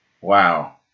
Wow